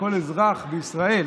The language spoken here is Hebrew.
שכל אזרח בישראל,